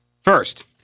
first